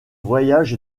voyages